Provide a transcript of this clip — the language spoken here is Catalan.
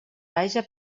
vaja